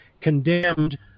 condemned